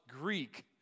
Greek